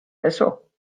eso